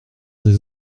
des